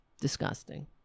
disgusting